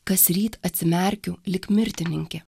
kasryt atsimerkiu lyg mirtininkė